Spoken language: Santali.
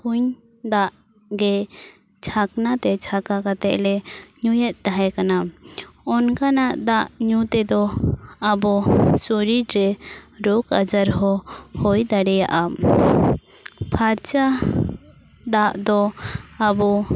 ᱠᱩᱧ ᱫᱟᱜ ᱜᱮ ᱪᱷᱟᱠᱱᱟ ᱛᱮ ᱪᱷᱟᱠᱟ ᱠᱟᱛᱮᱞᱮ ᱧᱩᱭᱮᱫ ᱛᱟᱦᱮᱸ ᱠᱟᱱᱟ ᱚᱱᱠᱟᱱᱟᱜ ᱫᱟᱜ ᱧᱩ ᱛᱮᱫᱚ ᱟᱵᱚ ᱥᱚᱨᱤᱨ ᱨᱮ ᱨᱳᱠ ᱟᱡᱟᱨ ᱦᱚᱸ ᱦᱩᱭ ᱫᱟᱲᱮᱭᱟᱜᱼᱟ ᱯᱷᱟᱨᱪᱟ ᱫᱟᱜ ᱫᱚ ᱟᱵᱚ